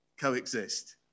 Coexist